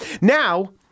Now